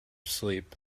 sleep